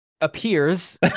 Appears